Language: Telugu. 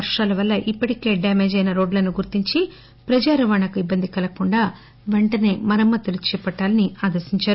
వర్షాల వల్ల ఇప్పటికే డ్యామేజ్ అయిన రోడ్లను గుర్తించి ప్రజా రవాణాకు ఇబ్బంది కలగకుండా పెంటసే మరమ్మత్తులు చేపట్టాలని చెప్పారు